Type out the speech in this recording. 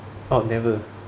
oh never